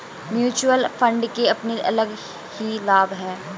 mutual fund के अपने अलग ही लाभ हैं